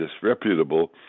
disreputable